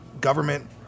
government